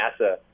NASA